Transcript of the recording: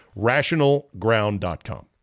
Rationalground.com